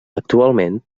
actualment